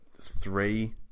three